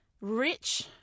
rich